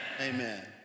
Amen